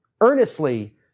earnestly